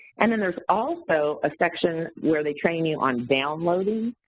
and then there's also a section where they train you on downloading.